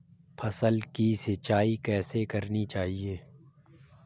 फसल की सिंचाई कैसे करनी चाहिए?